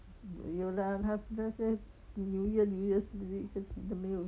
有 lah 他那些 new year new year spirit 自己都没有